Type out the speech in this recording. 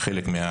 זה חלק מהתרבות,